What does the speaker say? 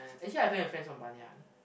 actually I don't have friends from Banyan